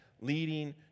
leading